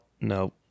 no